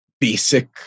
basic